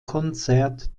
konzert